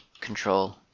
control